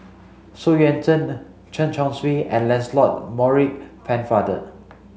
Xu Yuan Zhen Chen Chong Swee and Lancelot Maurice Pennefather